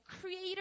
creator